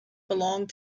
belong